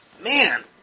man